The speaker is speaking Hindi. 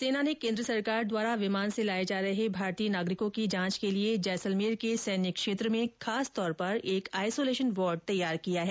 सेना ने केंद्र सरकार द्वारा विमान से लाये जा रहे रहे भारतीय नागरिकों की जांच के लिए जैसलमेर के सैन्य क्षेत्र में खास तौर पर एक आईसोलेशन वार्ड तैयार किया गया है